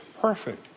perfect